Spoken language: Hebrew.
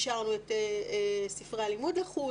אישרנו את ספרי הלימוד לחוד